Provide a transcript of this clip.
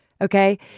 Okay